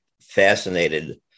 fascinated